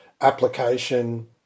application